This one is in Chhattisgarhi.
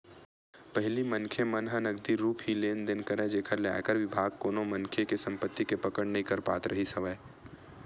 पहिली मनखे मन ह नगदी रुप ही लेन देन करय जेखर ले आयकर बिभाग कोनो मनखे के संपति के पकड़ नइ कर पात रिहिस हवय